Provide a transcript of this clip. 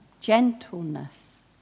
gentleness